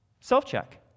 Self-check